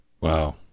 Wow